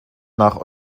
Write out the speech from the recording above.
nach